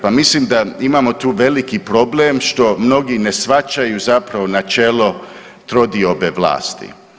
Pa mislim da imamo tu veliki problem što mnogi ne shvaćaju zapravo načelo trodiobe vlasti.